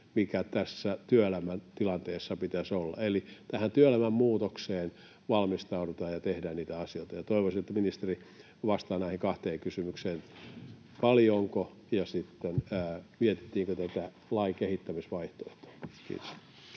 mikä tässä työelämän tilanteessa pitäisi olla, eli tähän työelämän muutokseen valmistaudutaan ja tehdään niitä asioita. Toivoisin, että ministeri vastaa näihin kahteen kysymykseen: paljonko ja mietittiinkö tätä lain kehittämisvaihtoehtoa? — Kiitos.